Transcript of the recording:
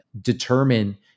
determine